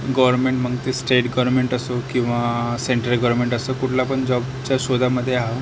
government मग ते state government किंवा सेंट्रल गवरमेंट असो कुठलं पण जॉबच्या शोधामधे आहो